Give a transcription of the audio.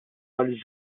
għal